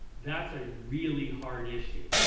that's a really hard issue,